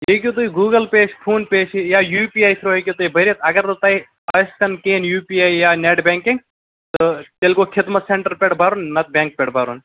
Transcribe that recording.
یہِ ہٮ۪کِو تُہۍ گوٗگٔل پَے فون پَے یا یوٗ پی آی تھروٗ ہٮ۪کِو تُہۍ بٔرِتھ اَگر نہٕ تۄہہِ آسہِ تہٕ نہٕ کیٚنہہ یوٗ پی آی یا نیٹ بینکِنگ تیٚلہِ گوٚو خدمَت سینٹر پٮ۪ٹھ بَرُن نہ تہٕ بینک پٮ۪ٹھ بَرُن